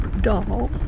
doll